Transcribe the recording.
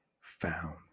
found